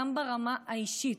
גם ברמה האישית,